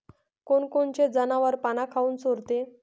कोनकोनचे जनावरं पाना काऊन चोरते?